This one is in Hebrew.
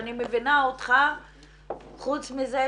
לא חושבת שהחברה מאשימה אתכם במצב, אבל החברה,